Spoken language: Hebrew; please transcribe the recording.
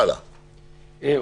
אבל